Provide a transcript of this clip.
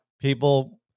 people